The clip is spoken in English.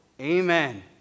Amen